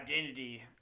identity